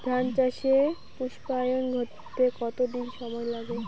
ধান চাষে পুস্পায়ন ঘটতে কতো দিন সময় লাগে?